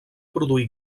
produir